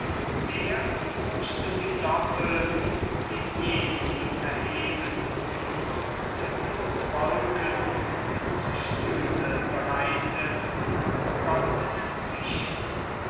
der fürchte sie doppelt den je sie erheben auf klippen und wolken sind stühle bereitet um goldene tische